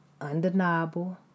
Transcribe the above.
undeniable